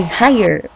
higher